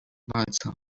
walca